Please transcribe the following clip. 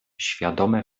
świadome